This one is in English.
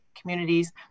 communities